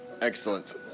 Excellent